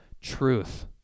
truth